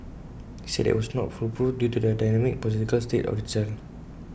he said that IT was not foolproof due to the dynamic psychological state of the child